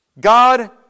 God